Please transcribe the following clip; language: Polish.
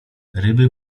ryby